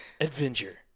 adventure